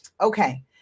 Okay